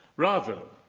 rather,